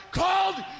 called